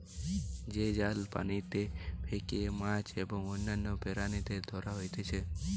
যে জাল পানিতে ফেলিকি মাছ এবং অন্যান্য প্রাণীদের ধরা হতিছে